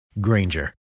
Granger